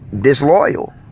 disloyal